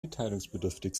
mitteilungsbedürftig